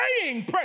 praying